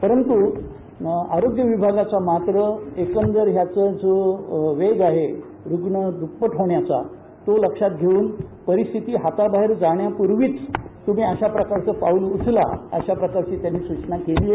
परंतु आरोग्य विभागाच्या मात्र एकंदर याचा जो वेग आहे रुग्ण दप्पट होण्याचा तो लक्षात घेऊन परिस्थिती हाताबाहेर जाण्यापूर्वीच तुम्ही अशा प्रकारचं पाऊल उचला अशा प्रकारची त्यांनी सूचना केली आहे